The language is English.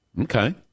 Okay